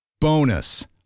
Bonus